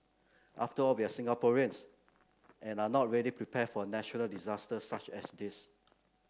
after all we're Singaporeans and are not really prepared for natural disasters such as this